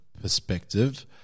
perspective